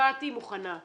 באתי מוכנה.